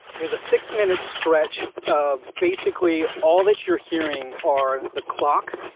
there's a six-minute stretch of basically all that you're hearing are the clock,